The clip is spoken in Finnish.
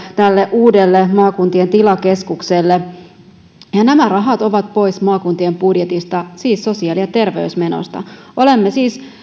uudelle maakuntien tilakeskukselle nämä rahat ovat pois maakuntien budjetista siis sosiaali ja terveysmenoista olemme siis